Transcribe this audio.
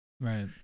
Right